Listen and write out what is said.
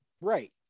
Right